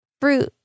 fruit